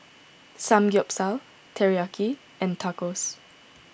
Samgyeopsal Teriyaki and Tacos